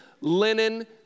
linen